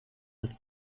ist